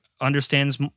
understands